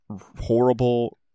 horrible